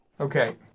Okay